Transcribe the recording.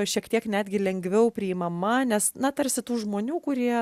šiek tiek netgi lengviau priimama nes na tarsi tų žmonių kurie